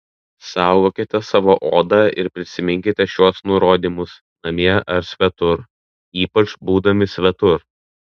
saugokite savo odą ir prisiminkite šiuos nurodymus namie ar svetur ypač būdami svetur